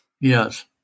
Yes